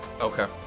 Okay